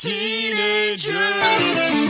Teenagers